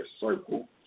circle